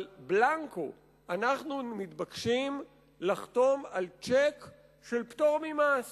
על בלנקו אנחנו מתבקשים לחתום על צ'ק של פטור ממס